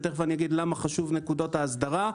ותכף אני אגיד למה חשוב נקודות ההסדרה.